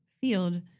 field